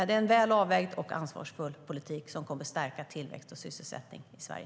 Det är en väl avvägd och ansvarsfull politik som kommer att stärka tillväxt och sysselsättning i Sverige.